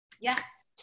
Yes